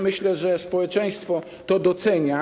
Myślę, że społeczeństwo to docenia.